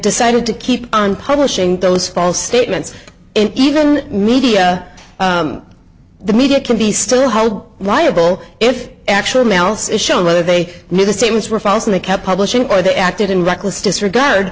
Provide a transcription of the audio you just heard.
decided to keep on publishing those false statements and even media the media can be still held liable if actual mails is shown whether they knew the statements were false and they kept publishing or they acted in reckless disregard